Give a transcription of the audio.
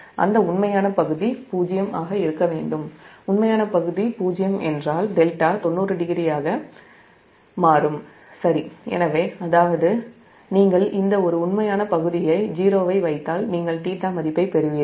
அந்த உண்மையான பகுதி 0 ஆக இருக்க வேண்டும் உண்மையான பகுதி '0' என்றால் δ 900 ஆக மாறும் சரி எனவே அதாவது இந்த ஒரு உண்மையான பகுதியை 0 ஐ வைத்தால் நீங்கள்θ மதிப்பைப் பெறுவீர்கள்